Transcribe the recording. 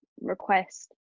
request